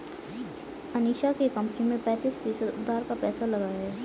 अनीशा की कंपनी में पैंतीस फीसद उधार का पैसा लगा है